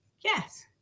yes